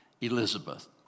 Elizabeth